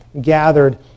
gathered